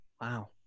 wow